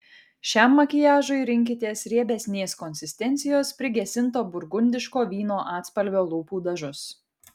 šiam makiažui rinkitės riebesnės konsistencijos prigesinto burgundiško vyno atspalvio lūpų dažus